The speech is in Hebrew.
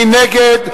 מי נגד?